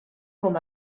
com